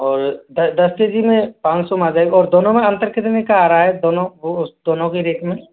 और दस दस के जी में पाँच सौ में आ जाएगा और दोनों में अंतर कितने का आ रहा है दोनों वो उस दोनों के रेट में